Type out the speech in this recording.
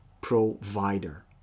provider